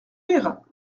rire